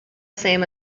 same